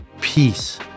peace